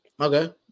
Okay